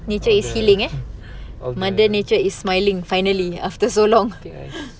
nature is healing ah mother nature is smiling finally after so long